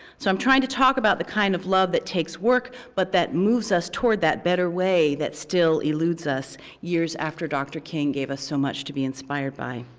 so i'm trying to talk about the kind of love that takes work, but that moves us toward toward that better way that still eludes us years after dr. king gave us so much to be inspired by.